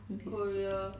maybe seoul